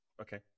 Okay